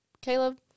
Caleb